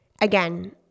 Again